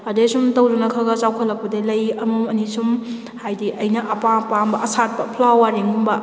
ꯑꯗꯨꯗꯩ ꯁꯨꯝ ꯇꯧꯗꯨꯅ ꯈꯒ ꯆꯥꯎꯈꯠꯂꯛꯄꯗꯒꯤ ꯂꯩ ꯑꯃꯃꯝ ꯑꯅꯤ ꯁꯨꯝ ꯍꯥꯏꯕꯗꯤ ꯑꯩꯅ ꯑꯄꯥꯝ ꯑꯄꯥꯝꯕ ꯑꯁꯥꯠꯄ ꯐ꯭ꯂꯥꯋꯔꯤꯡꯒꯨꯝꯕ